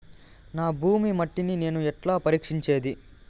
నా భూమి మట్టిని నేను ఎట్లా పరీక్షించేది?